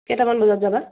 কেইটামান বজাত যাবা